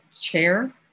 chair